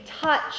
touch